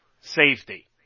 safety